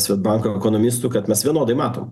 swedbank ekonomistu kad mes vienodai matom